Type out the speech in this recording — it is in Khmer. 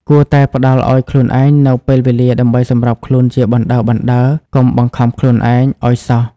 គួរតែផ្ដល់ឱ្យខ្លួនឯងនូវពេលវេលាដើម្បីសម្របខ្លួនជាបណ្តើរៗ កុំបង្ខំខ្លួនឯងអោយសោះ។